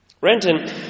Renton